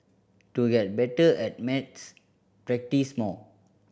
to get better at maths practise more